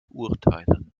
urteilen